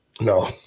No